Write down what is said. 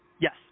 Yes